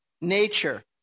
nature